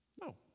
No